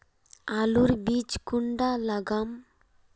आलूर बीज कुंडा लगाम?